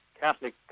Catholic